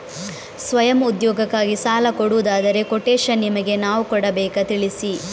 ಸ್ವಯಂ ಉದ್ಯೋಗಕ್ಕಾಗಿ ಸಾಲ ಕೊಡುವುದಾದರೆ ಕೊಟೇಶನ್ ನಿಮಗೆ ನಾವು ಕೊಡಬೇಕಾ ತಿಳಿಸಿ?